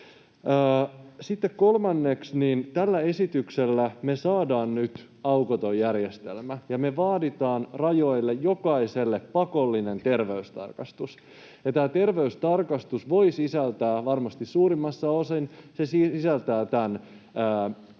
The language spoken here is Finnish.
kolmanneksi tällä esityksellä me saadaan nyt aukoton järjestelmä, ja me vaaditaan rajoille jokaiselle pakollinen terveystarkastus. Tämä terveystarkastus voi sisältää varmasti suurimmassa osin tämän pakollisen